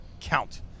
count